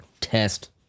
Test